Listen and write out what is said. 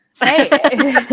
Hey